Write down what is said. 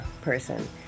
person